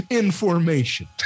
information